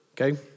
Okay